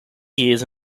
years